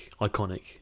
iconic